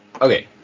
Okay